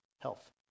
health